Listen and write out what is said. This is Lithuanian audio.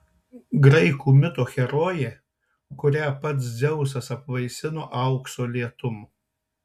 graikų mito herojė kurią pats dzeusas apvaisino aukso lietum